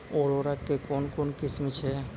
उर्वरक कऽ कून कून किस्म छै?